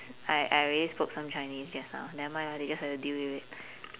I I already spoke some chinese just now never mind lah they just have to deal with it